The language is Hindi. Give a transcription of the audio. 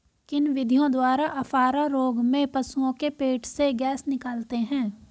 किन विधियों द्वारा अफारा रोग में पशुओं के पेट से गैस निकालते हैं?